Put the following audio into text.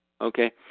Okay